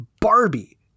Barbie